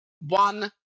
one